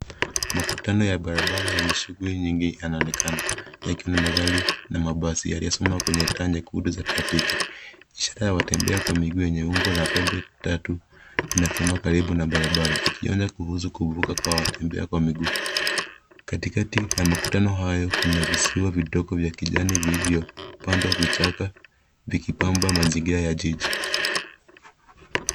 Makutano ya barabara enye shughuli nyingi yanaonekana yakiwa na magari na mabasi yamesimama kwenye taa nyekundu za trafiki, ishara ya watembea miguu enye umbo ya pembe tatu inasimama karibu na barabara ikionya kuhusu kukumbuka watembea kwa miguu. Katika ya makutano hayo kuna visiwa vidogo vya kijani vilivyo pandwa vichaka vikipamba mazingira ya jiji.